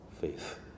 faith